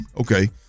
Okay